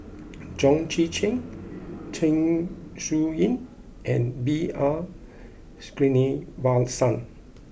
Chong Tze Chien Zeng Shouyin and B R Sreenivasan